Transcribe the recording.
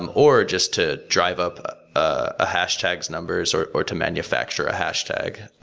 um or just to drive up a hashtag's numbers, or or to manufacture a hashtag.